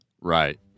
Right